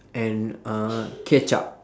and uh ketchup